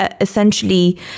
essentially